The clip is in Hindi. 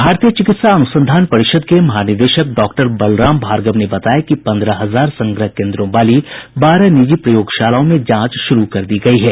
भारतीय चिकित्सा अनुसंधान परिषद के महानिदेशक डॉक्टर बलराम भार्गव ने बताया कि पंद्रह हजार संग्रह केंद्रों वाली बारह निजी प्रयोगशालाओं में जांच शुरू कर दी गयी है